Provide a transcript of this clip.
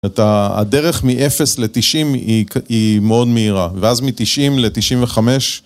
אתה... הדרך מ-0 ל-90 היא מאוד מהירה, ואז מ-90 ל-95